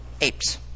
apes